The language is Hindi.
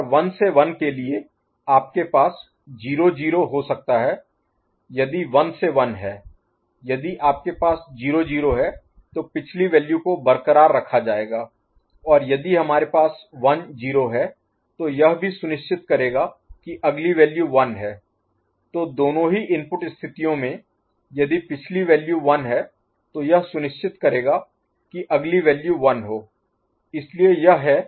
और 1 से 1 के लिए आपके पास 0 0 हो सकता है यह 1 से 1 है यदि आपके पास 0 0 है तो पिछली वैल्यू को बरक़रार रखा जाएगा और यदि हमारे पास 1 0 है तो यह भी सुनिश्चित करेगा कि अगली वैल्यू 1 है तो दोनों ही इनपुट स्थितियों में यदि पिछली वैल्यू 1 है तो यह सुनिश्चित करेगा की अगली वैल्यू 1 हो